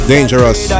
Dangerous